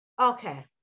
Okay